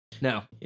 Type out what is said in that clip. No